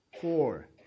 four